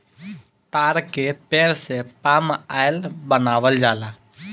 ताड़ के पेड़ से पाम आयल बनावल जाला